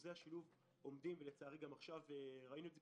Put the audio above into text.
שאחוזי השילוב עומדים ולצערי גם עכשיו ראינו את זה,